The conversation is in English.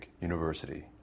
University